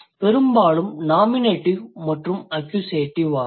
பெரும்பாலும் nominative மற்றும் accusative ஆகும்